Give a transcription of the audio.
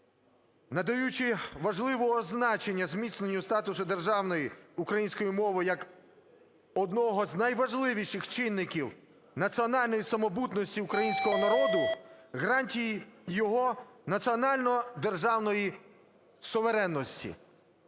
"надаючи важливого значення зміцненню статусу державної - української мови як одного з найважливіших чинників національної самобутності українського народу, гарантії його національно-державної суверенності;".